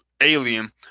alien